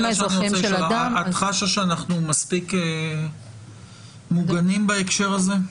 האזרחיים של האדם --- את חשה שאנחנו מספיק מוגנים בהקשר הזה?